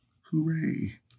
Hooray